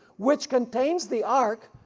which contains the ark,